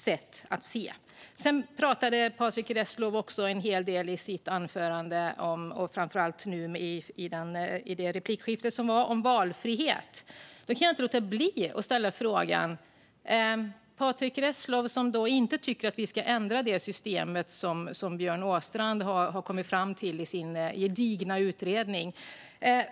Patrick Reslow pratade också i sitt anförande, och framför allt i replikskiftet nyss, en hel del om valfrihet. Jag kan inte låta bli att ställa en fråga. Patrick Reslow tycker inte att vi ska ändra det system som Björn Åstrand har kommit fram till i sin gedigna utredning.